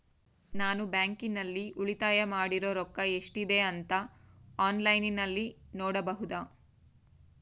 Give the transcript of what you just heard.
ನಾನು ಬ್ಯಾಂಕಿನಲ್ಲಿ ಉಳಿತಾಯ ಮಾಡಿರೋ ರೊಕ್ಕ ಎಷ್ಟಿದೆ ಅಂತಾ ಆನ್ಲೈನಿನಲ್ಲಿ ನೋಡಬಹುದಾ?